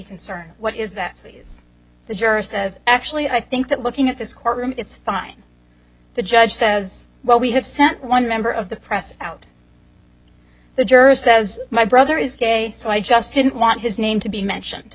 concern what is that is the juror says actually i think that looking at this courtroom it's fine the judge says well we have sent one member of the press out the jury says my brother is gay so i just didn't want his name to be mentioned